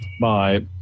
Bye